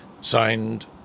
Signed